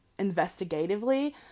investigatively